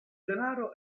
denaro